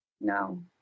No